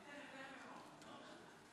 תודה.